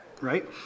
right